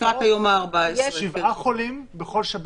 ולפי נתונים שיש לנו אנחנו מדברים על משהו